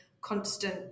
constant